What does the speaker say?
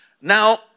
Now